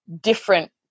different